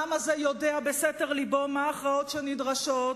העם הזה יודע בסתר לבו מה ההכרעות שנדרשות,